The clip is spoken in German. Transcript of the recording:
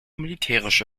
militärische